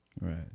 Right